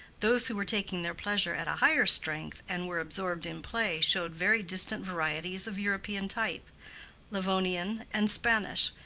those who were taking their pleasure at a higher strength, and were absorbed in play, showed very distant varieties of european type livonian and spanish,